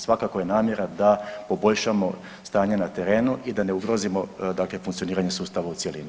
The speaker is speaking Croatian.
Svakako je namjera da poboljšamo stanje na terenu i da ne ugrozimo, dakle funkcioniranje sustava u cjelini.